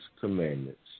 commandments